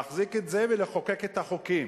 להחזיק את זה ולחוקק את החוקים.